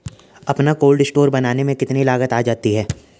अपना cold store बनाने में कितनी लागत आ जाती है?